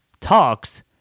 talks